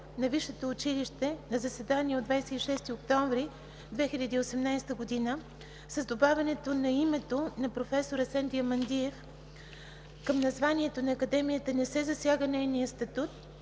на висшето училище на заседание от 26 октомври 2018 г. С добавянето на името на професор Асен Диамандиев към названието на Академията не се засяга нейният статут